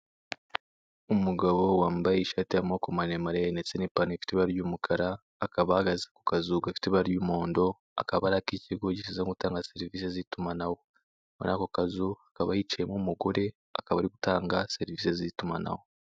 Umugabo wambaye ishati y'amoko maremare, ndetse n'ipantaro ifite ibara ry'umukara, akaba ahagaze ku kazu gafite ibara ry'umuhondo, akaba ari k'ikigo gishinzwe gutanga serivisi z'itumanaho, muri ako kazu hakaba hicayemo umugore, akaba ari gutanga serivisi z'itumanaho.